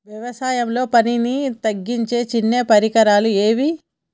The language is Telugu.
వ్యవసాయంలో పనిని తగ్గించే చిన్న పరికరాలు ఏవి?